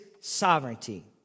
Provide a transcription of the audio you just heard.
sovereignty